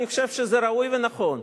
אני חושב שזה ראוי ונכון.